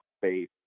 faith